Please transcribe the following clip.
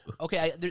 Okay